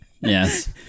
Yes